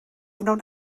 wnawn